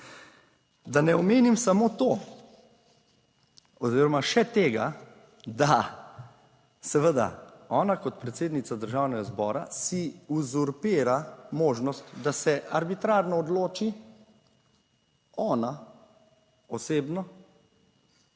Da ne omenim samo to oziroma še tega, da seveda ona kot predsednica Državnega zbora si uzurpira možnost, da se arbitrarno odloči, ona osebno,